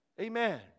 Amen